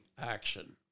action